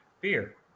beer